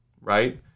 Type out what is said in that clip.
right